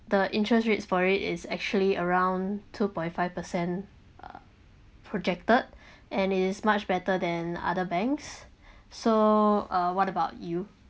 the interest rates for it is actually around two point five percent uh projected and it's much better than other banks so uh what about you